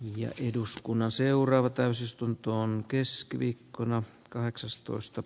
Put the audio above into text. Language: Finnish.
ja eduskunnan seuraava täysistuntoon keskiviikkona kahdeksastoista